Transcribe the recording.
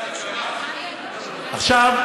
עכשיו,